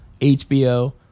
HBO